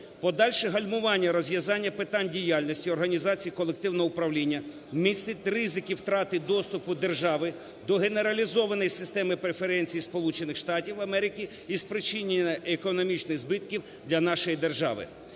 Подальше гальмування розв'язання питань діяльності організації колективного управління містить ризики втрати доступу держави до генералізованої системи преференцій Сполучених Штатів Америки і спричинення економічних збитків для нашої держави.